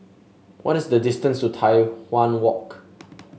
what is the distance to Tai Hwan Walk